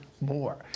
more